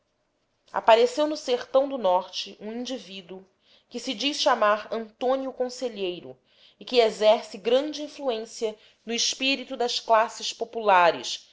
apareceu no sertão do norte um indivíduo que se diz chamar antônio conselheiro e que exerce grande influência no espírito das classes populares